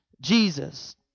Jesus